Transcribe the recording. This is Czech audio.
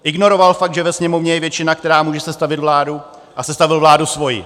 Ignoroval fakt, že ve Sněmovně je většina, která může sestavit vládu, a sestavil vládu svoji.